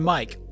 Mike